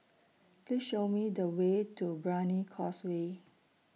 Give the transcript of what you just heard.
Please Show Me The Way to Brani Causeway